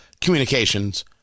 Communications